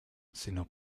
sino